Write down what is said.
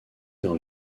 dans